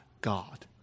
God